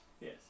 Yes